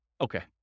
Okay